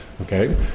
Okay